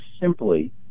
simply